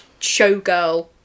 showgirl